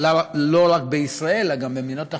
לא רק בישראל אלא גם במדינות אחרות,